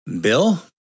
Bill